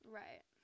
right